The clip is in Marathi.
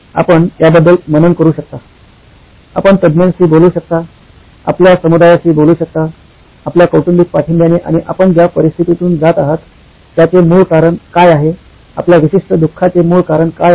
आपण याबद्दल मनन करू शकता आपण तज्ञांशी बोलू शकता आपल्या समुदायाशी बोलू शकता आपल्या कौटुंबिक पाठिंब्याने आणि आपण ज्या परिस्थितीतून जात आहात त्याचे मूळ कारण काय आहे आपल्या विशिष्ट दुःखाचे मूळ कारण काय आहे